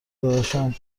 داداشم